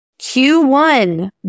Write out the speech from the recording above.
Q1